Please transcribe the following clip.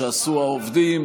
שעשו העובדים,